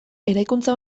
eraikuntza